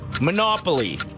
Monopoly